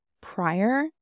prior